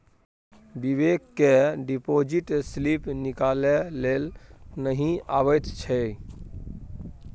बिबेक केँ deposit slip निकालै लेल नहि अबैत छै